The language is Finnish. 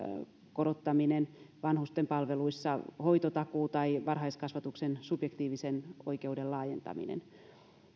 korottaminen vanhusten palveluissa hoitotakuuta ei varhaiskasvatuksen subjektiivisen oikeuden laajentaminen